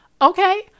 Okay